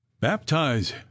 baptize